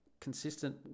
consistent